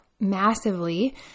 massively